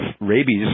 rabies